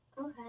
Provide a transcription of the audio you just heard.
Okay